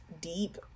deep